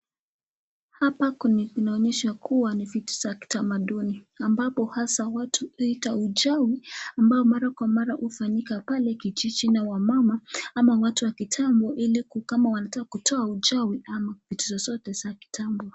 Hapa kunaoyesha kuwa ni vitu za kitamaduni ambapo hasa huita uchawi ambao mara kwa mara hufanyika pale kijijini, Wamama ama watu wa kitambo ili wakitaka kutoa uchawi au vitu zozote za kitambo.